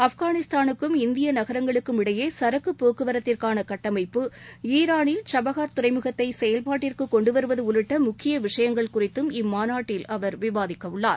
ஆப்கானிஸ்தானுக்கும் இந்தியநகரங்களுக்கும் இடையேசரக்குபோக்குவரத்திற்கானகட்டமைப்பு ஈரானில் சபஹார் துறைமுகத்தைசெயல்பாட்டிற்குகொண்டுவருவதஉள்ளிட்டமுக்கியவிஷயங்கள் குறித்தும் இம்மாநாட்டில் அவர் விவாதிக்கஉள்ளார்